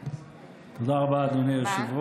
בבקשה.